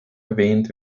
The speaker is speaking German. erwähnt